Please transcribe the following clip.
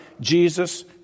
Jesus